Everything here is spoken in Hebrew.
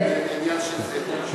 כן, לעניין של זיהום,